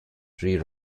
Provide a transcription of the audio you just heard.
three